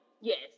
Yes